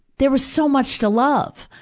there was so much to love.